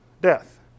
death